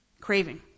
Craving